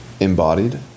embodied